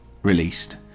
Released